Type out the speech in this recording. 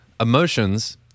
emotions